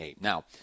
Now